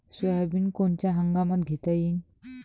Soybean कोनच्या हंगामात घेता येईन?